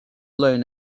learn